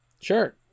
Sure